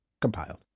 compiled